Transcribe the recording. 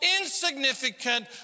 insignificant